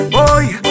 Boy